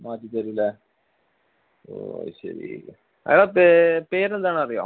മാറ്റിത്തരും അല്ലേ ഓ അതുശരി അയാളെ പേ പേര് എന്താണെന്നറിയുമോ